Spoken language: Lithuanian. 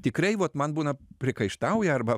tikrai vat man būna priekaištauja arba